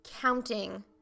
counting